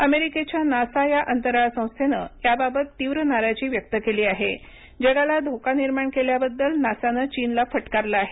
अमेरिकेच्या नासा या अंतराळ संस्थेनं याबाबत तीव्र नाराजी व्यक्त केली आहे जगाला धोका निर्माण केल्याबद्दल नासा नं चीनला फटकारले आहे